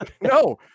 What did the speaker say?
No